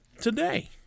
today